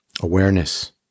awareness